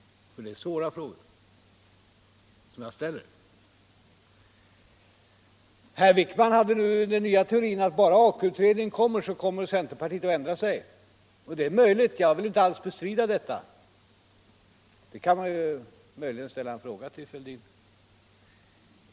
Det är svåra frågor som jag ställer. Herr Wijkman hade nu den nya teorin att bara Aka-utredningen kommer, så kommer centerpartiet att ändra sig. Det är möjligt, jag vill inte alls bestrida detta. Det kan man ju möjligen ställa en fråga till herr Fälldin om.